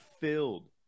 filled